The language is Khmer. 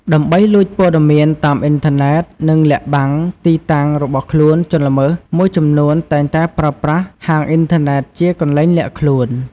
ដើម្បី លួចព័ត៌មានតាមអ៊ីនធឺណិត និង លាក់បាំងទីតាំង របស់ខ្លួន ជនល្មើស មួយចំនួនតែងតែប្រើប្រាស់ ហាងអ៊ីនធឺណិតជាកន្លែងលាក់ខ្លួន។